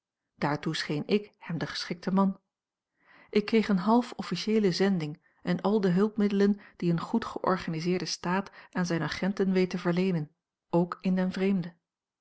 daartoe scheen ik hem de geschikte man ik kreeg eene half officieele zending en al de hulpmiddelen die een goed georganiseerde staat aan zijne agenten weet te verleenen ook in den vreemde